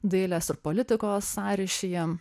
dailės ir politikos sąryšyje